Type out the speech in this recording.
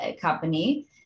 company